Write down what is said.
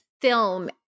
film